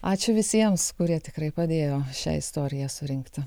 ačiū visiems kurie tikrai padėjo šią istoriją surinkti